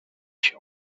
się